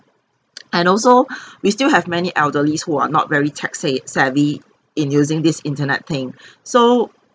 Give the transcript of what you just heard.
and also we still have many elderlies who are not very tech sa~ savvy in using this internet thing so